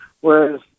Whereas